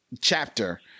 chapter